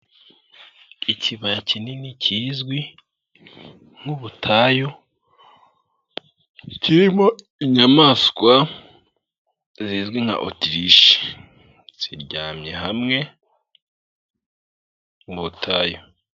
Ikibaya kinini kizwi nk'ubutayu, kirimo inyamaswa, zizwi nka Otirishe, ziryamye hamwe mu butayu.